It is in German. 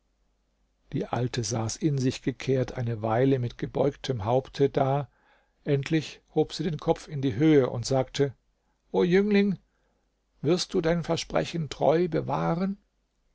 die alte saß in sich gekehrt eine weile mit gebeugtem haupte da endlich hob sie den kopf in die höhe und sagte o jüngling wirst du dein versprechen treu bewahren